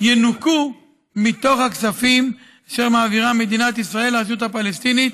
ינוכה מתוך הכספים אשר מעבירה מדינת ישראל לרשות הפלסטינית.